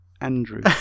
Andrew